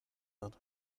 hat